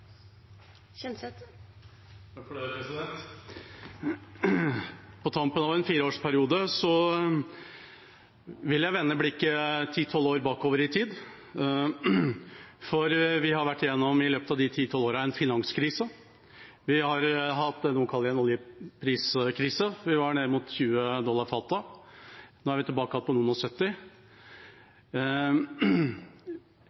På tampen av en fireårsperiode vil jeg vende blikket ti–tolv år bakover i tid. Vi har i løpet av de ti–tolv årene vært gjennom en finanskrise. Vi har hatt det noen kaller en oljepriskrise. Den var ned mot 20 dollar fatet, og nå er vi tilbake igjen på noen og